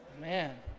man